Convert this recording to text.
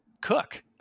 cook